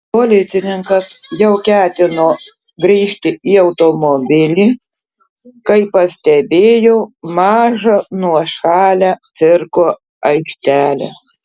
policininkas jau ketino grįžti į automobilį kai pastebėjo mažą nuošalią cirko aikštelę